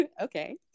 okay